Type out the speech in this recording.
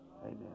Amen